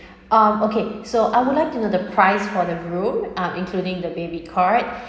um okay so I would like to know the price for the room um including the baby cot